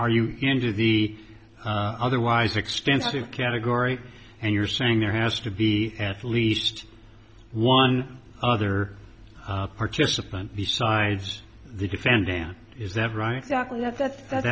are you into the otherwise extensive category and you're saying there has to be at least one other participant besides the defendant is that right dr that that's that